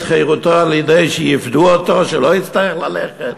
חירותו על-ידי שיפדו אותו שלא יצטרך ללכת?